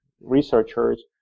researchers